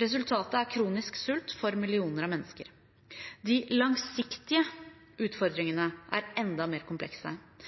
Resultatet er kronisk sult for millioner av mennesker. De langsiktige utfordringene er enda mer komplekse.